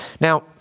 Now